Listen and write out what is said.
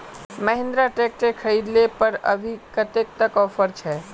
Mahindra tractor खरीद ले पर अभी कतेक तक ऑफर छे?